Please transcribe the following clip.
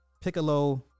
Piccolo